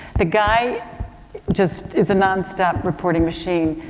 the guy just is a nonstop reporting machine.